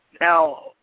Now